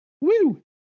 Woo